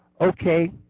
okay